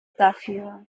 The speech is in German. dafür